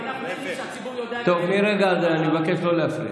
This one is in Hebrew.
אנחנו יודעים שהציבור יודע את האמת --- מרגע זה אני מבקש לא להפריע.